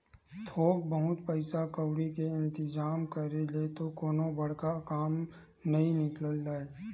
थोक बहुत पइसा कउड़ी के इंतिजाम करे ले तो कोनो बड़का काम ह नइ निकलय